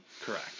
correct